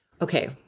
okay